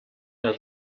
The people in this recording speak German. der